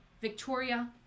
Victoria